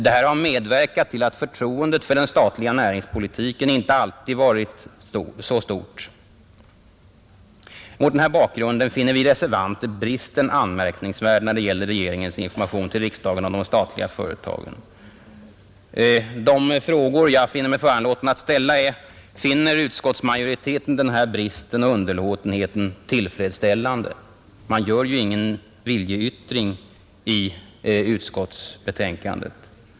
Detta har medverkat till att förtroendet för den statliga näringspolitiken inte alltid varit så stort. Mot denna bakgrund finner vi reservanter bristen anmärkningsvärd när det gäller regeringens information till riksdagen om de statliga företagen. De frågor jag anser mig föranlåten ställa är: Finner utskottsmajoriteten denna brist och underlåtenhet tillfredsställande? Man gör ju ingen viljeyttring i utskottsbetänkandet.